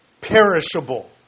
perishable